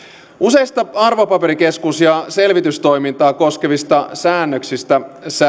useista arvopaperikeskus ja selvitystoimintaa koskevista säännöksistä